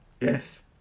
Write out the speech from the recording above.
Yes